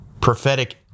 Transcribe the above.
prophetic